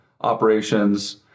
operations